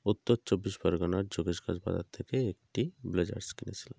উত্তর চব্বিশ পরগনার যোগেশগঞ্জ বাজার থেকে একটি ব্লেজার কিনেছিলাম